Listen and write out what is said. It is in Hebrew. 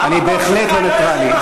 אני בהחלט לא נייטרלי.